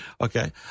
Okay